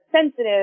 sensitive